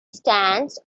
stands